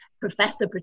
Professor